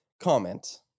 comment